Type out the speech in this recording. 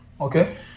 Okay